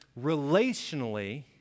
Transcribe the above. relationally